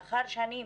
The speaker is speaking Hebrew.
לאחר שנים